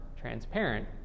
transparent